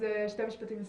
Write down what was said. אז שני משפטים לסיום,